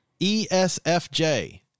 ESFJ